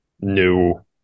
new